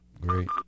Great